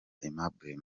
aimable